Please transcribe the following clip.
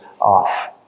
off